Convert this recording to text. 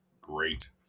great